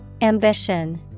Ambition